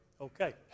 Okay